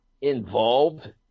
involved